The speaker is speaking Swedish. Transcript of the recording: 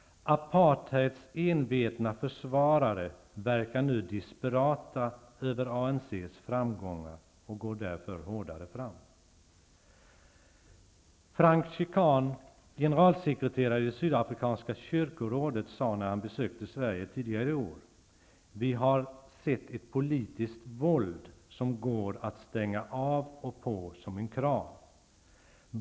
Apartheids envetna försvarare verkar nu desperata över ANC:s framgångar och går därför hårdare fram. Frank Chikane, generalsekreterare i det sydafrikanska kyrkorådet, sade när han besökte Sverige tidigare i år: ''Vi har sett ett politiskt våld som går att stänga av och sätta på som en kran.